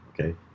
okay